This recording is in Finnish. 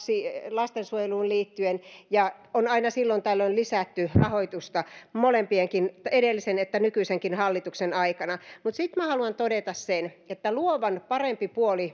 lastensuojeluun liittyen ja on aina silloin tällöin lisätty rahoitusta sekä edellisen että nykyisenkin hallituksen aikana mutta sitten minä haluan todeta sen että luovan parempi puoli